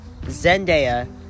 Zendaya